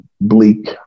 bleak